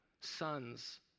son's